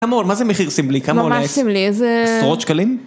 כמוהור מה זה מחיר סמלי, כמוהור? ממש סמלי, איזה... עשרות שקלים?